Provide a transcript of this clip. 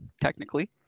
technically